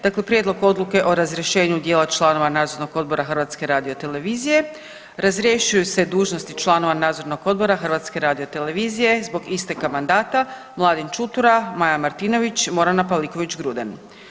Dakle, Prijedlog odluke o razrješenju dijela članova Nadzornog odbora HRT-a, razrješuju se dužnosti članova Nadzornog odbora HRT-a zbog isteka mandata Mladen Čutura, Maja Martinović, Morana Pavliković Gruden.